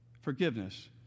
forgiveness